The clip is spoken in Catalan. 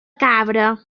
cabra